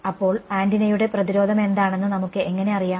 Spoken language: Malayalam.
അപ്പോൾ ആന്റിനയുടെ പ്രതിരോധം എന്താണെന്ന് നമുക്ക് എങ്ങനെ അറിയാം